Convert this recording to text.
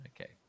okay